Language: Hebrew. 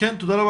תודה רבה.